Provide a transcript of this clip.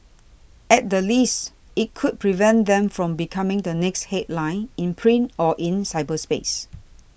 at the least it could prevent them from becoming the next headline in print or in cyberspace